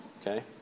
Okay